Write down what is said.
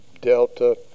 Delta